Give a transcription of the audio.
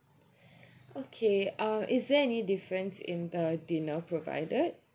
okay uh is there any difference in the dinner provided